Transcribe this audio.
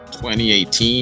2018